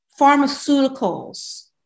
pharmaceuticals